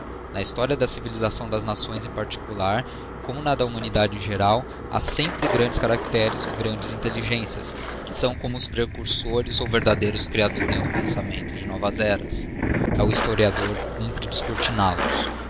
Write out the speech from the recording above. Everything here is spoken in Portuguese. na historia da civilisação das nações em particular como na da humanidade em geral ha sempre grandes caracteres ou grandes intelligencias que são como precursores ou verdadeiros creadores do pensamento de novas eras e ao historiador cumpre descortinal os